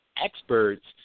experts